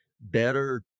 better